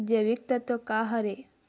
जैविकतत्व का हर ए?